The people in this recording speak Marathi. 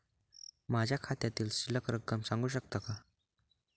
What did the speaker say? माझ्या खात्यातील शिल्लक रक्कम सांगू शकता का?